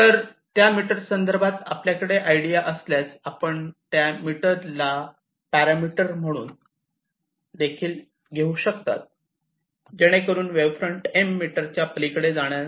तर त्या मीटर संदर्भात आपल्याकडे आयडिया असल्यास आपण त्या मीटरला पॅरामीटर म्हणून देखील घेऊ शकता जेणेकरून वेव्ह फ्रंट 'M' मीटरच्या पलीकडे जाणार नाही